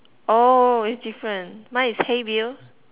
oh it's different mine is hey Bill